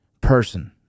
person